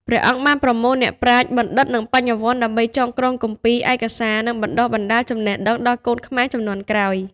ព្រះអង្គបានប្រមូលអ្នកប្រាជ្ញ បណ្ឌិត និងបញ្ញវន្ត ដើម្បីចងក្រងគម្ពីរ ឯកសារ និងបណ្ដុះបណ្ដាលចំណេះដឹងដល់កូនខ្មែរជំនាន់ក្រោយ ។